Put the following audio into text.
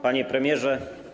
Panie Premierze!